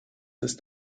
ist